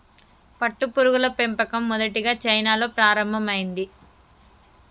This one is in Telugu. పట్టుపురుగుల పెంపకం మొదటిగా చైనాలో ప్రారంభమైంది